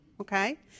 Okay